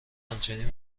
همچنین